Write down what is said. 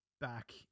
back